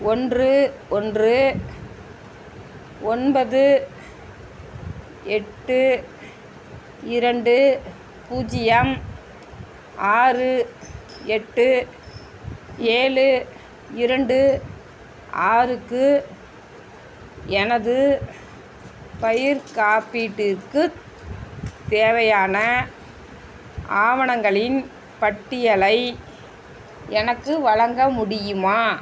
ஒன்று ஒன்று ஒன்பது எட்டு இரண்டு பூஜ்ஜியம் ஆறு எட்டு ஏழு இரண்டு ஆறுக்கு எனது பயிர்க் காப்பீட்டிற்குத் தேவையான ஆவணங்களின் பட்டியலை எனக்கு வழங்க முடியுமா